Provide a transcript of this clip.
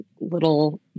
little